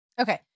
Okay